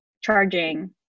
charging